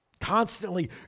constantly